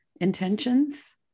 intentions